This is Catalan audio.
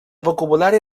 vocabulari